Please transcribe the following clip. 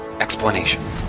explanation